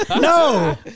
No